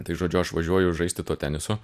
tai žodžiu aš važiuoju žaisti to teniso